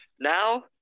now